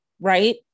right